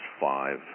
five